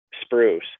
spruce